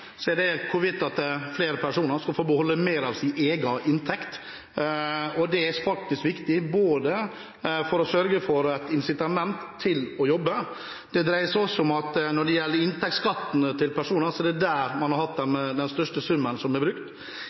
det hvorvidt flere personer skal få beholde mer av sin egen inntekt, og det er viktig for å sørge for et incitament til å jobbe, og når det gjelder inntektsskatten til personer, er det der man har brukt den største summen. I tillegg har denne regjeringen sørget for å redusere helsekøene med 80 000, som